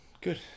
Good